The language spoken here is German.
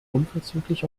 unverzüglich